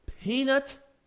Peanut